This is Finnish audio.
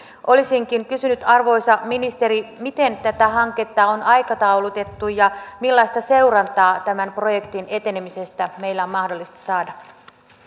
olisinkin kysynyt arvoisa ministeri miten tätä hanketta on aikataulutettu ja millaista seurantaa tämän projektin etenemisestä meidän on mahdollista saada